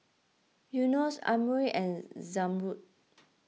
Yunos Amirul and Zamrud